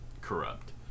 corrupt